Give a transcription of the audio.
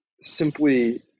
simply